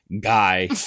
guy